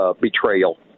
Betrayal